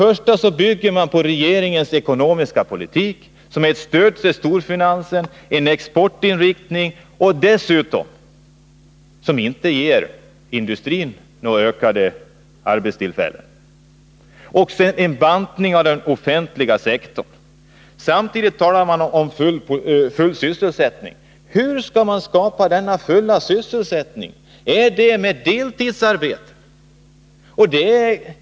Å ena sidan bygger man förslagen på regeringens ekonomiska politik, som innebär ett stöd till storfinansen och en exportinriktning som inte ger industrin något ökat antal arbetstillfällen. Dessutom innebär den en bantning av den offentliga sektorn. Samtidigt talar man å den andra sidan om full sysselsättning. Hur skall man skapa denna fulla sysselsättning? Är det med deltidsarbeten?